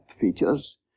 features